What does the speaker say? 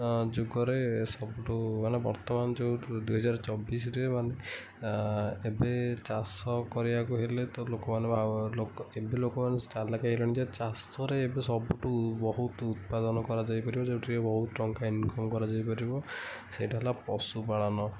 ଯୁଗରେ ସବୁଠୁ ମାନେ ବର୍ତ୍ତମାନ ଯୋଉଠୁ ମାନେ ଦୁଇ ହଜାର ଚବିଶରେ ମାନେ ଏବେ ଚାଷ କରିବାକୁ ହେଲେ ତ ଲୋକମାନେ ଭାବ ଲୋକ ଏବେ ଲୋକମାନେ ଚାଲାକ୍ ହେଇ ଗଲେଣି ଯେ ଚାଷରେ ଏବେ ସବୁଠୁ ବହୁତ ଉତ୍ପାଦନ କରାଯାଇ ପାରିବ ଯେଉଁଠି ବହୁତ ଟଙ୍କା ଇନ୍କମ୍ କରାଯାଇ ପାରିବ ସେଇଟା ହେଲା ପଶୁପାଳନ